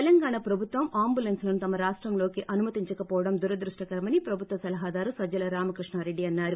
తెలంగాణ ప్రభుత్వం అంబులెస్స్ లను తమ రాష్టంలో కి అనుమతించక పోవడం దురదృష్ణకరమని ప్రభుత్వ సలహాదారు సజ్జల రామకృష్ణారెడ్డి అన్నారు